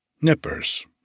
Nippers